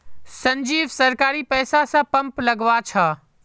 संजीव सरकारी पैसा स पंप लगवा छ